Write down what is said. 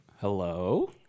Hello